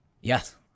Yes